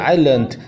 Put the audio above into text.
Island